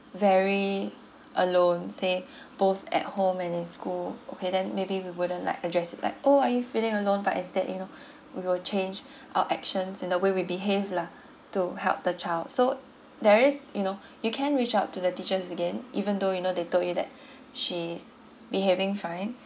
very alone say both at home and in school okay then maybe we wouldn't like address like oh are you feeling alone but instead you know we will change our actions in the way we behave lah to help the child so there is you know you can reach out to the teachers again even though you know they told you that she's behaving fine